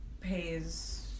pays